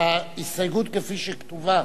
ההסתייגות כפי שהיא כתובה